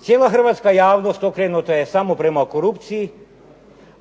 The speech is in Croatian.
Cijela hrvatska javnost okrenuta je samo prema korupciji,